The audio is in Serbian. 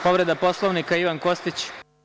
Povreda Poslovnika Ivan Kostić.